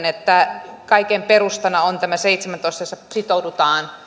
että kaiken perustana on tämä seitsemäntoista jossa sitoudutaan